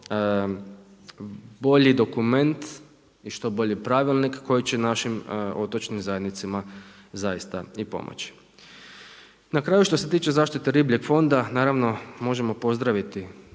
bolji dokument i što bolji pravilnik koji će našim otočnim zajednicama zaista i pomoći. Na kraju, što se tiče zaštite ribljeg fonda, naravno, možemo pozdraviti